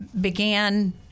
began